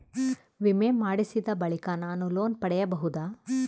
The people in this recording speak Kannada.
ವಿಮೆ ಮಾಡಿಸಿದ ಬಳಿಕ ನಾನು ಲೋನ್ ಪಡೆಯಬಹುದಾ?